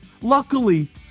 Luckily